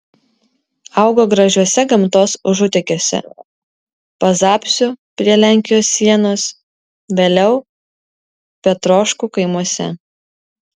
augo gražiuose gamtos užutekiuose pazapsių prie lenkijos sienos vėliau petroškų kaimuose